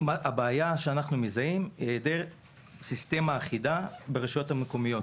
הבעיה אותה אנחנו מזהים היא היעדר שיטה אחידה ברשויות המקומיות.